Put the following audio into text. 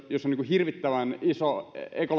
hirvittävän iso ekologinen jalanjälki ja johon olisi hyvin helppo